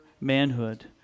manhood